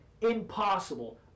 impossible